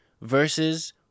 versus